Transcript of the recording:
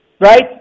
Right